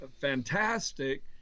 fantastic